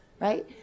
right